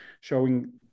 showing